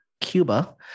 Cuba